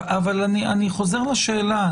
אבל אני חוזר לשאלה,